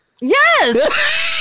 Yes